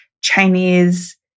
Chinese